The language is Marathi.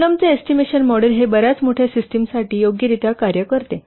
पुटनमचे एस्टिमेशन मॉडेल हे बर्याच मोठ्या सिस्टिम साठी योग्यरित्या कार्य करते